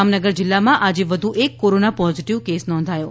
જામનગર જિલ્લામાં આજે વધુ એક કોરોના પોઝીટીવ કેસ નોંધાયો છે